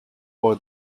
for